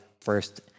first